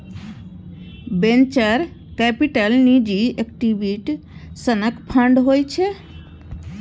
venture capital निजी equity सनक fund होइ छै